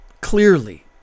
clearly